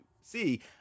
see